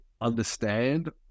understand